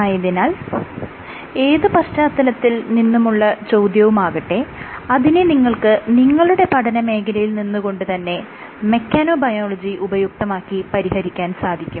ആയതിനാൽ ഏത് പശ്ചാത്തലത്തിൽ നിന്നുള്ള ചോദ്യവുമാകട്ടെ അതിനെ നിങ്ങൾക്ക് നിങ്ങളുടെ പഠനമേഖലയിൽ നിന്ന് കൊണ്ടുതന്നെ മെക്കാനോബയോളജി ഉപയുക്തമാക്കി പരിഹരിക്കാൻ സാധിക്കും